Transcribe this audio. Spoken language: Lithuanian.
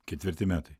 ketvirti metai